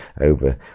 over